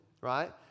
right